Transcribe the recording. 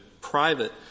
private